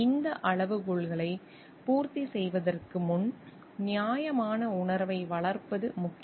இந்த அளவுகோல்களை பூர்த்தி செய்வதற்கு முன் நியாயமான உணர்வை வளர்ப்பது முக்கியம்